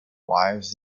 wives